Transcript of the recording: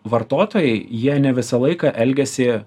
vartotojai jie ne visą laiką elgiasi